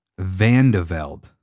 Vandeveld